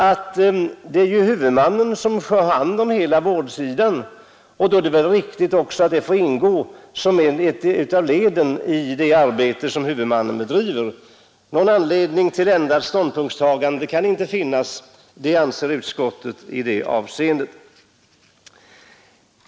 Det är ju huvudmannen som har hand om hela vårdsidan, och det är riktigt att elevassistans får ingå som ett av leden i det arbete som huvudmannen bedriver. Utskottet anser att det inte finns någon anledning till ändrat ståndpunktstagande i det avseendet.